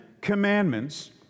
commandments